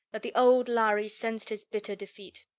that the old lhari sensed his bitter defeat.